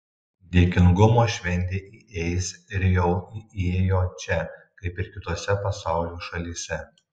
dėkingumo šventė įeis ir jau įėjo čia kaip ir kitose pasaulio šalyse